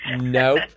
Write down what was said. Nope